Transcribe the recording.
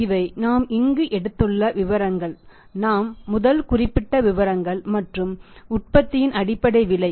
இவை நாம் இங்கு எடுத்துள்ள விவரங்கள் நாம் முதல் குறிப்பிட்ட விவரங்கள் மற்றும் உற்பத்தியின் அடிப்படை விலை